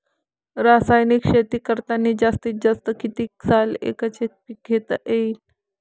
रासायनिक शेती करतांनी जास्तीत जास्त कितीक साल एकच एक पीक घेता येईन?